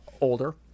older